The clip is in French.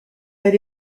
elle